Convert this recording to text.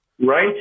Right